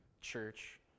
church